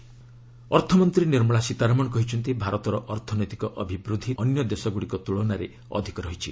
Sitharaman economic ଅର୍ଥମନ୍ତ୍ରୀ ନିର୍ମଳା ସୀତାରମଣ କହିଛନ୍ତି ଭାରତର ଅର୍ଥନୈତିକ ଅଭିବୃଦ୍ଧି ଅନ୍ୟ ଦେଶଗୁଡ଼ିକ ତ୍କୁଳନାରେ ଅଧିକ ରହିଛି